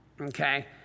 okay